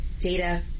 data